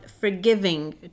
forgiving